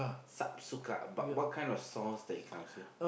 Subsuka but what kind of sauce that it comes with